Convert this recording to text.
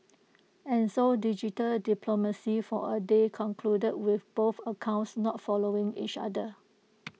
and so digital diplomacy for A day concluded with both accounts not following each other